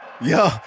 yo